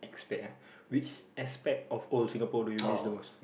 aspect eh which aspect of old Singapore do you miss the most